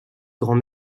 grand